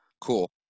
cool